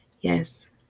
yes